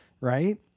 right